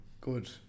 good